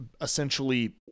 essentially